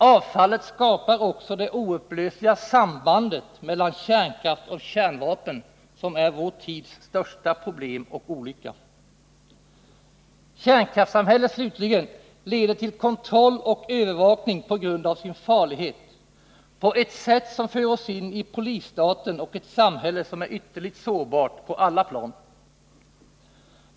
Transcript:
Avfallet skapar också det oupplösliga sambandet mellan kärnkraft och kärnvapen som är vår tids största problem och olycka. Kärnkraftssamhället slutligen leder till kontroll och övervakning på grund av sin farlighet, på ett sätt som för oss in i polisstaten och ett samhälle som är ytterligt sårbart på alla plan.